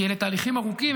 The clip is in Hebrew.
כי אלה תהליכים ארוכים,